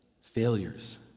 failures